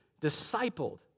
discipled